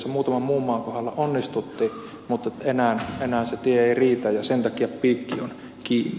muutaman muun maan osalla onnistuttiin mutta enää se tie ei riitä ja sen takia piikki on kiinni